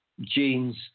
genes